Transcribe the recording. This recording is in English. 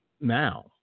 Now